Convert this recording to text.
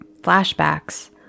flashbacks